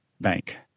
Bank